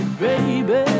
baby